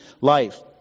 life